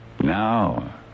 Now